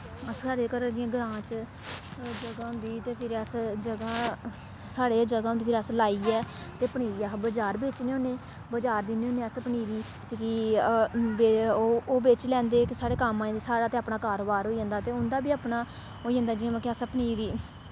साढ़े घरा दियां ग्रां च ज 'गाहोंदी ते फिरी अस ज'गा साढ़े गै ज'गा होंदी फिर अस लाइयै ते पनीरी अस बजार बेचने होन्नें बजार दिन्ने होन्नें अस पनीरी कि ओह् बेची लैंदे कि साढ़े कम्म आई जंदी साढ़ा ते अपना कारोबार होई जंदा उं'दा बी अपना होई जंदा जि'यां मतलब कि असें पनीरी